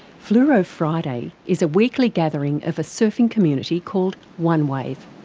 fluro friday is a weekly gathering of a surfing community called onewave.